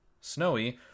snowy